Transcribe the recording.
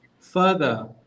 further